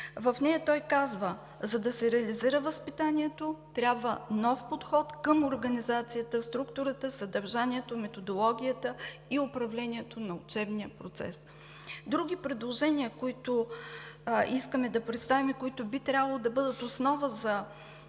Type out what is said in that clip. В нея той казва: за да се реализира възпитанието, трябва нов подход към организацията, структурата, съдържанието, методологията и управлението на учебния процес. Други предложения, които искаме да представим и които би трябвало да бъдат основа,